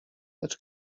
lecz